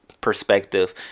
Perspective